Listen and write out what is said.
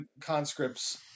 conscripts